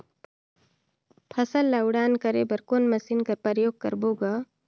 फसल ल उड़ान करे बर कोन मशीन कर प्रयोग करबो ग?